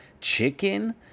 chicken